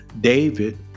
David